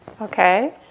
Okay